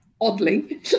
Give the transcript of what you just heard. oddly